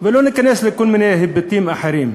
ולא להיכנס לכל מיני היבטים אחרים.